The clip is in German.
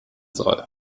soll